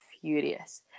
furious